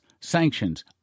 sanctions